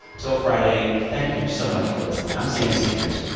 till friday, thank you so much for listening. i'm sam sanders.